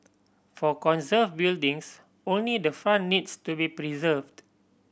for conserve buildings only the front needs to be preserved